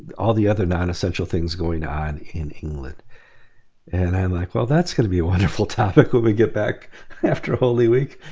all the other non-essential things going on in england and i'm like well that's gonna be wonderful topic when we get back after holy week.